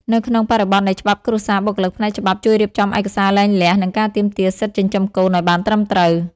នៅក្នុងបរិបទនៃច្បាប់គ្រួសារ បុគ្គលិកផ្នែកច្បាប់ជួយរៀបចំឯកសារលែងលះ និងការទាមទារសិទ្ធិចិញ្ចឹមកូនឱ្យបានត្រឹមត្រូវ។